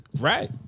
Right